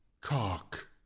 cock